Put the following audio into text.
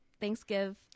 Thanksgiving